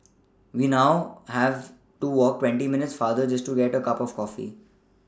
we now have to walk twenty minutes farther just to get a cup of coffee